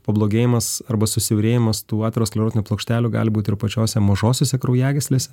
pablogėjimas arba susiaurėjimas tų aterosklerozinių plokštelių gali būt ir pačiose mažosiose kraujagyslėse